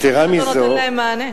אף אחד לא נותן להם מענה.